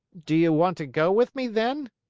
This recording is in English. do you want to go with me, then?